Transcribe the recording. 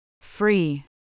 Free